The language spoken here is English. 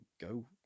go